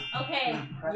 Okay